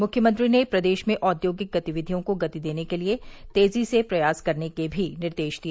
मुख्यमंत्री ने प्रदेश में औद्योगिक गतिविधियों को गति देने के लिए तेजी से प्रयास करने के भी निर्देश दिए